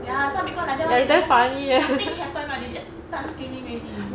ya some people like that [one] in the moment nothing happened right they just start screaming already